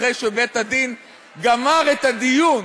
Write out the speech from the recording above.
אחרי שבית-הדין גמר את הדיון